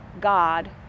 God